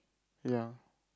ya